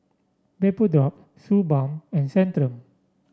Vapodrops Suu Balm and Centrum